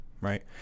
Right